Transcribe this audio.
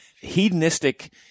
hedonistic